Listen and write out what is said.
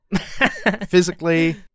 physically